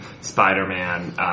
Spider-Man